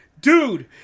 dude